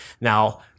Now